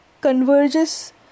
converges